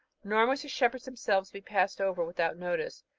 nor must the shepherds themselves be passed over without notice.